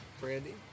Brandy